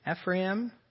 Ephraim